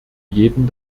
jeden